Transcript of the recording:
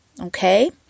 Okay